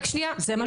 אני רק אומר מירב.